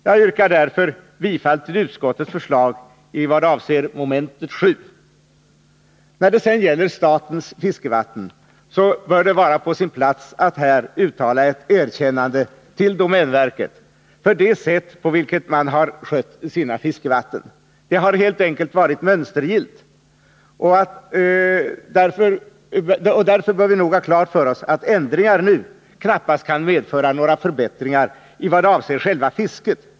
Jag yrkar därför bifall till utskottets förslag i vad avser moment 7. När det sedan gäller statens fiskevatten torde det vara på sin plats att här uttala ett erkännande till domänverket för det sätt på vilket verket har skött sina fiskevatten. Det har helt enkelt varit mönstergillt. Därför bör vi ha klart för oss att ändringar nu knappast kan medföra några förbättringar för själva fisket.